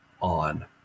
on